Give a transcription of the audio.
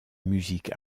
musique